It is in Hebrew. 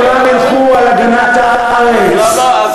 שר האוצר אמר שהוא לא, שכולם ילכו על הגנת הארץ.